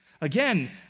Again